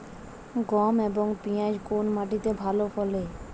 গম এবং পিয়াজ কোন মাটি তে ভালো ফলে?